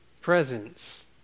presence